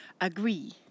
agree